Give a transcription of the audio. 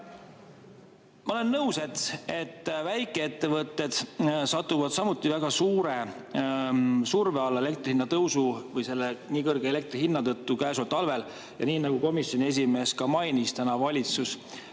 Ma olen nõus, et väikeettevõtted satuvad samuti väga suure surve alla elektri hinna tõusu või selle nii kõrge elektri hinna tõttu tänavu talvel. Nii nagu komisjoni esimeeski mainis, valitsus